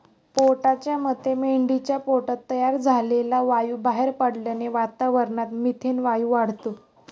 पेटाच्या मते मेंढीच्या पोटात तयार झालेला वायू बाहेर पडल्याने वातावरणात मिथेन वायू वाढतो